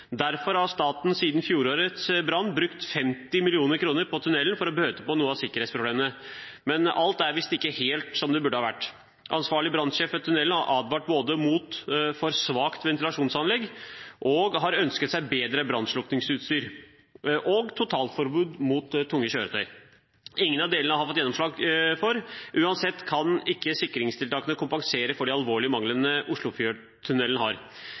Derfor har staten siden fjorårets brann brukt 50 mill. kr på tunnelen for å bøte på noen av sikkerhetsproblemene, men alt er visst ikke helt som det burde ha vært. Ansvarlig brannsjef for tunnelen har både advart mot for svakt ventilasjonsanlegg og ønsket seg bedre brannslukningsutstyr og totalforbud mot tunge kjøretøy. Ingen av delene har man fått gjennomslag for. Uansett kan ikke sikringstiltakene kompensere for de alvorlige manglene Oslofjordtunnelen har.